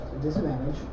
disadvantage